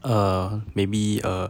uh maybe uh